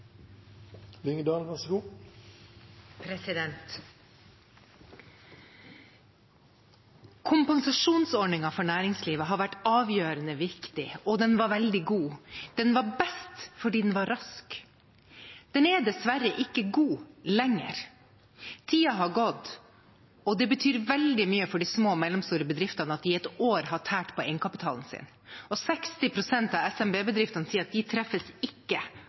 for næringslivet har vært avgjørende viktig, og den var veldig god. Den var best fordi den var rask. Den er dessverre ikke god lenger. Tiden har gått, og det betyr veldig mye for de små og mellomstore bedriftene at de i ett år har tært på egenkapitalen sin. 60 pst. av SMB-bedriftene sier at de ikke treffes